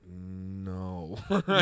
no